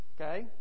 Okay